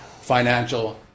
financial